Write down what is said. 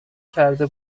کرده